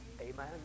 Amen